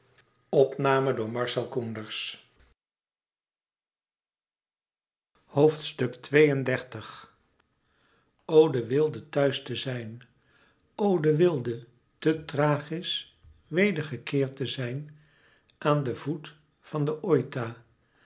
o de weelde thuis te zijn o de weelde te thrachis weder gekeerd te zijn aan den voet van den oita